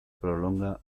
prolonga